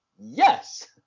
Yes